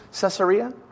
Caesarea